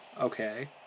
Okay